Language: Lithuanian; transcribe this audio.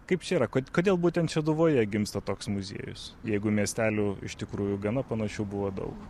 kaip čia yra ko kodėl būtent šeduvoje gimsta toks muziejus jeigu miestelių iš tikrųjų gana panašių buvo daug